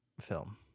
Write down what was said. film